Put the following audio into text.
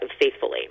faithfully